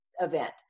event